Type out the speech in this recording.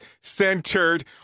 centered